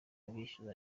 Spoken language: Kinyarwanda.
bishyuza